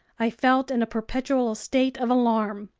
i felt in a perpetual state of alarm.